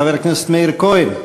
חבר הכנסת מאיר כהן,